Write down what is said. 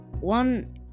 one